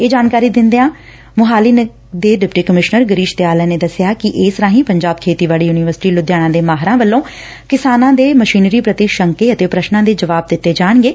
ਇਹ ਜਾਣਕਾਰੀ ਦਿਦਿਆ ਐਸ ਏ ਐਸ ਨਗਰ ਦੇ ਡਿਪਟੀ ਕਮਿਸ਼ਨਰ ਗਿਰੀਸ਼ ਦਿਆਲਨ ਨੇ ਦੱਸਿਆ ਕਿ ਇਸ ਰਾਹੀ ਪੰਜਾਬ ਖੇਤੀਬਾਤੀ ਯੁਨੀਵਰਸਿਟੀ ਲੁਧਿਆਣਾ ਦੇ ਮਾਹਿਰਾਂ ਵੱਲੋਂ ਕਿਸਾਨਾਂ ਦੇ ਮਸ਼ੀਨਰੀ ਪ੍ਰਤੀ ਸ਼ੰਕੇ ਅਤੇ ਪ੍ਰਸ਼ਨਾਂ ਦੇ ਜਵਾਬ ਦਿਤੇ ਜਾਂਦੇ ਨੇ